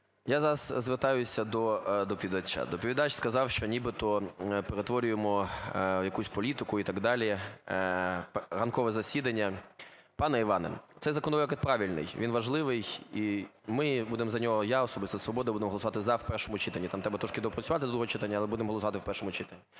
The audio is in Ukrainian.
Я зараз звертаюсь до доповідача. Доповідач сказав, що нібито перетворюємо якусь політику і так далі, ранкове засідання… Пане Іване, цей законопроект правильний, він важливий і ми будемо за нього, я особисто, "Свобода", будемо голосувати за в першому читанні. Там треба трошки доопрацювати до другого читання, але будемо голосувати в першому читанні.